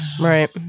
Right